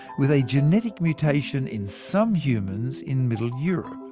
with a genetic mutation in some humans in middle europe.